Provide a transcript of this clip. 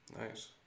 Nice